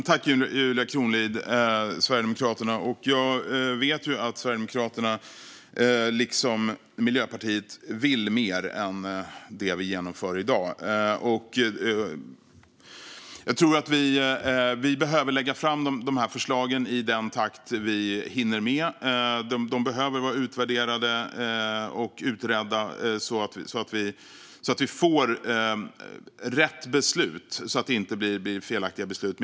Herr talman! Jag vet att Julia Kronlid och Sverigedemokraterna liksom Miljöpartiet vill mer än det vi genomför i dag. Jag tror att vi behöver lägga fram förslagen i den takt vi hinner med. De behöver vara utvärderade och utredda så att vi får rätt beslut. Det får inte bli felaktiga beslut.